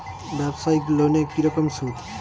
ব্যবসায়িক লোনে কি রকম সুদ?